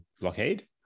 blockade